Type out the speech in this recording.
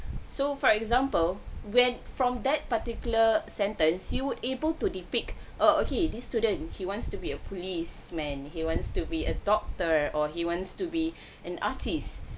so for example when from that particular sentence you would able to depict err okay this student he wants to be a policeman he wants to be a doctor or he wants to be an artist